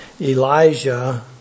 Elijah